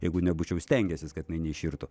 jeigu nebūčiau stengęsis kad jinai neiširtų